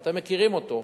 שאתם מכירים אותו,